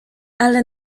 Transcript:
ale